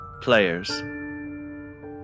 players